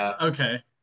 Okay